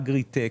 אגריטק,